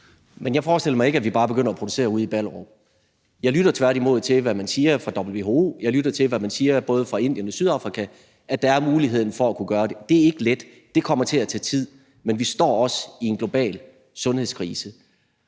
Men jeg forestiller mig ikke, at vi bare begynder at producere ude i Ballerup. Jeg lytter tværtimod til, hvad man siger fra WHO, og jeg lytter til, hvad man siger både fra Indiens og Sydafrikas side, altså at der er muligheden for at kunne gøre det. Det er ikke let, og det kommer til at tage tid, men vi står også i en global sundhedskrise.